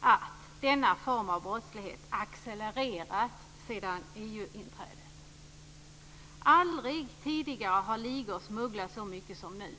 att denna form av brottslighet accelererat sedan EU-inträdet. Aldrig tidigare har ligor smugglat så mycket som nu.